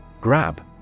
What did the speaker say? Grab